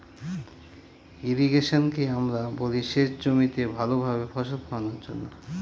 ইর্রিগেশনকে আমরা বলি সেচ জমিতে ভালো ভাবে ফসল ফোলানোর জন্য